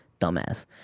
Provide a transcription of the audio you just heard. dumbass